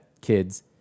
kids